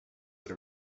that